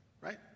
right